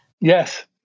Yes